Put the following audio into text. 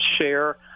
share